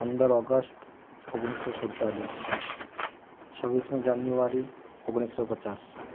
પંદર ઓગસ્ટ ઓગણીસસો સુડતાલીસ છવ્વીસમી જાન્યુઆરી ઓગણીસસો પચાસ